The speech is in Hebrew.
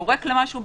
יורק למשהו,